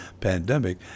pandemic